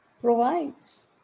provides